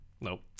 Nope